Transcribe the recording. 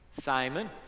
Simon